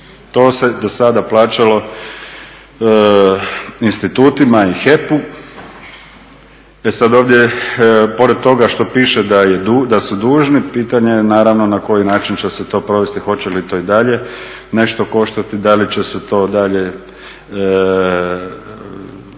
To se dosada plaćalo institutima i HEP-u. E sad ovdje je pored toga što piše da su dužni pitanje naravno na koji način će se to provesti, hoće li to i dalje nešto koštati, da li će se to dalje